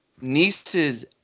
niece's